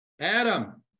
Adam